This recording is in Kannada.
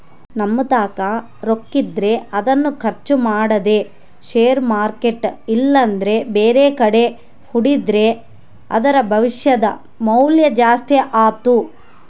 ನಮ್ಮತಾಕ ರೊಕ್ಕಿದ್ರ ಅದನ್ನು ಖರ್ಚು ಮಾಡದೆ ಷೇರು ಮಾರ್ಕೆಟ್ ಇಲ್ಲಂದ್ರ ಬ್ಯಾರೆಕಡೆ ಹೂಡಿದ್ರ ಅದರ ಭವಿಷ್ಯದ ಮೌಲ್ಯ ಜಾಸ್ತಿ ಆತ್ತು